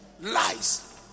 lies